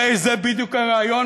הרי זה בדיוק הרעיון,